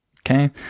Okay